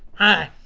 hi.